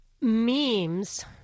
memes